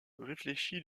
réfléchit